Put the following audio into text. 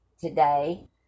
today